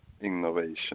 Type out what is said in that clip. innovation